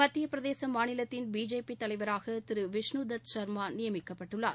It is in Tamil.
மத்திய பிரதேச மாநிலத்தின் பிஜேபி தலைவராக திரு விஷ்னுதத் சா்மா நியமிக்கபட்டுள்ளார்